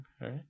right